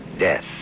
death